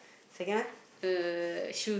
second one